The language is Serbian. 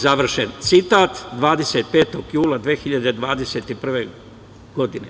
Završen citat, 25. jula 2021. godine.